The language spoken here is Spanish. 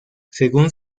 según